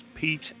Pete